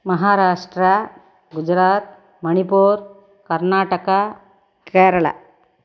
Maharashtra Gujarat Manipur Karnataka Kerala